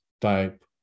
type